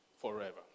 Forever